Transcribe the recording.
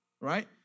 Right